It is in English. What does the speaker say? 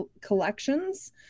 collections